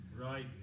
Right